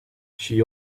she